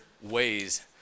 ways